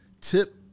Tip